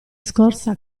scorsa